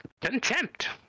contempt